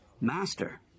Master